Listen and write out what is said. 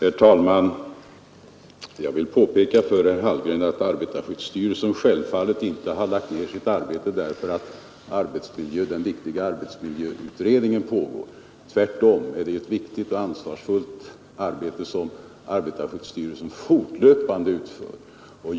Herr talman! Jag vill påpeka för herr Hallgren att arbetarskyddsstyrelsen självfallet inte lagt ned sitt arbete för att den viktiga arbetsmiljöutredningen pågår. Tvärtom är det ett viktigt och ansvarsfullt arbete som arbetarskyddsstyrelsen fortlöpande utför.